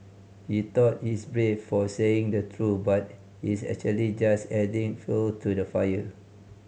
he thought he's brave for saying the truth but he's actually just adding fuel to the fire